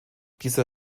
dieser